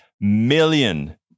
million